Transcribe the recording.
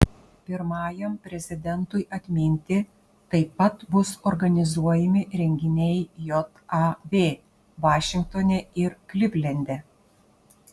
pirmajam prezidentui atminti taip pat bus organizuojami renginiai jav vašingtone ir klivlende